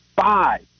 five